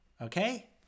Okay